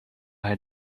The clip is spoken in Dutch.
hij